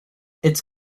its